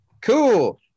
Cool